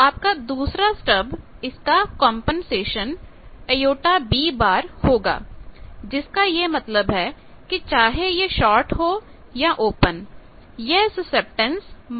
तो आपका दूसरा स्टब इसका कंपनसेशन jB होगा जिसका यह मतलब है कि चाहे यह शार्ट हो या ओपन यह सुसेप्टटेन्स jBहोगी